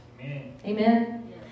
Amen